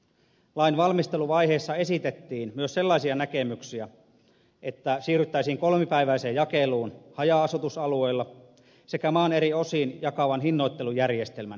lain valmisteluvaiheessa esitettiin myös sellaisia näkemyksiä että siirryttäisiin kolmipäiväiseen jakeluun haja asutusalueilla sekä maan eri osiin jakavan hinnoittelujärjestelmän käyttöönottoon